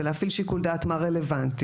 ולהפעיל שיקול דעת מה רלוונטי.